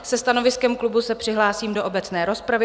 Se stanoviskem klubu se přihlásím do obecné rozpravy.